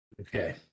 Okay